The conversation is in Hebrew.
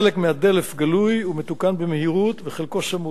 חלק מהדלף גלוי ומתוקן במהירות, וחלקו סמוי.